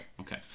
Okay